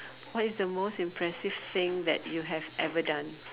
what is the most impressive thing that you have ever done